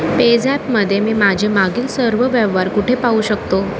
पेझॅपमध्ये मी माझे मागील सर्व व्यवहार कुठे पाहू शकतो